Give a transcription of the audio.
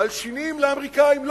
מלשינים לאמריקנים.